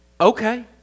Okay